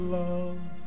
love